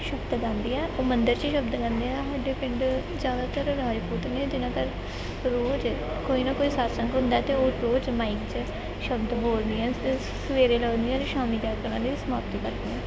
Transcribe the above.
ਸ਼ਬਦ ਗਾਉਂਦੀਆਂ ਉਹ ਮੰਦਰ 'ਚ ਹੀ ਸ਼ਬਦ ਗਾਉਂਦੀਆਂ ਸਾਡੇ ਪਿੰਡ ਜ਼ਿਆਦਾਤਰ ਰਾਜਪੂਤ ਨੇ ਜਿਹਨਾਂ ਦਾ ਰੋਜ਼ ਕੋਈ ਨਾ ਕੋਈ ਸਤਿਸੰਗ ਹੁੰਦਾ ਹੈ ਅਤੇ ਉਹ ਰੋਜ਼ ਮਾਈਕ 'ਚ ਸ਼ਬਦ ਬੋਲਦੀਆਂ ਅਤੇ ਉਹ ਸਵੇਰੇ ਲੱਗਦੀਆਂ ਨੇ ਸ਼ਾਮ ਤੱਕ ਉਹਨਾਂ ਦੀ ਸਮਾਪਤੀ ਕਰਦੀਆਂ